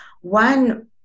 one